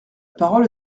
parole